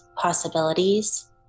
possibilities